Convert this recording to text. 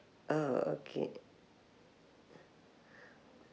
oh okay